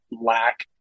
lack